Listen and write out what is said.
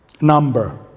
number